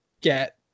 get